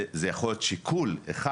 זה יכול להיות שיקול אחד